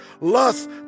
Lust